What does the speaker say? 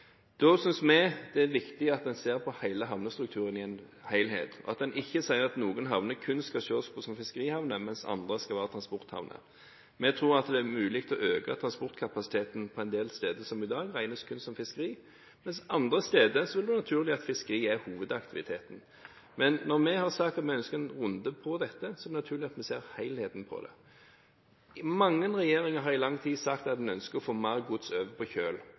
Da synes vi det er viktig at en ser på havnestrukturen i en helhet, og at en ikke sier at noen havner kun skal ses på som fiskerihavner, mens andre skal være transporthavner. Vi tror det er mulig å øke transportkapasiteten på en del steder som i dag regnes kun som fiskeri, mens det andre steder vil være naturlig at fiskeri er hovedaktiviteten. Men når vi har sagt at vi ønsker en runde på dette, er det naturlig at vi ser helheten i det. Mange regjeringer har i lang tid sagt at en ønsker å få mer gods over på kjøl